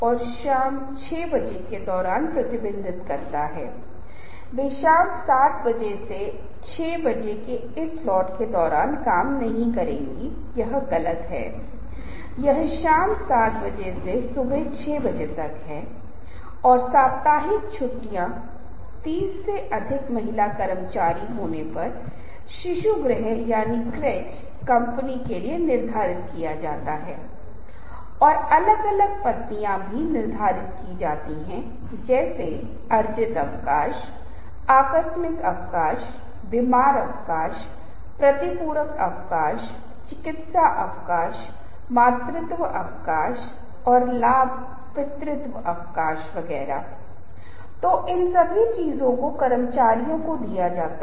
इसलिए विशेषज्ञ भरोसेमंद इन सभी चीजों को अच्छा करता है ज्ञान पूर्वाग्रह जो आप जानते हैं या रिपोर्टिंग पूर्वाग्रह नहीं जानते हैं आपको क्या सूचित किया गया है और क्या आप इसे सही ढंग से प्राप्त करते हैं या नहीं अब ये भी ऐसी चीजें हैं जो एक महत्वपूर्ण भूमिका निभाती हैं और सामाजिक आकर्षण है वह व्यक्ति कितना अच्छा है कितना समान है आप उस व्यक्ति के साथ कैसे पहचान कर पा रहे हैं वह व्यक्ति कितना शारीरिक रूप से आकर्षक है ये राजी करने में महत्वपूर्ण भूमिका निभाते हैं और ये राजनीति के संदर्भ में भी बहुत महत्वपूर्ण हो जाते हैं क्योंकि आप देखते हैं कि राजनीतिक नेता खेलते हैं लोकप्रियता या सफलता एक राजनीतिक नेता की बहुत हद तक इन पर निर्भर करता है